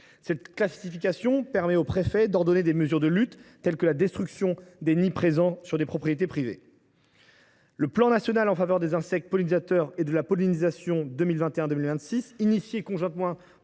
Cette classification permet au préfet d’ordonner des mesures de lutte telles que la destruction des nids présents sur des propriétés privées. Le plan national en faveur des insectes pollinisateurs et de la pollinisation 2021 2026, lancé conjointement